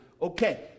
Okay